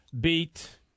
beat